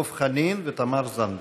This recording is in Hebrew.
דב חנין ותמר זנדברג.